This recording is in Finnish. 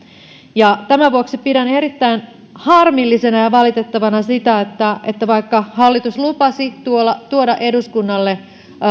tämän vuoksi pidän erittäin harmillisena ja valitettavana sitä että että vaikka hallitus lupasi tuoda eduskunnalle